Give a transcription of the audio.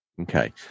Okay